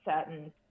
certain